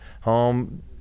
home